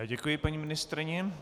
Já děkuji paní ministryni.